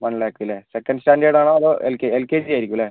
one lakh ഇല്ലേ second standard ആണോ അതോ എൽ കെ ജി ആയിരിക്കും അല്ലേ